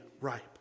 ripe